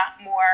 more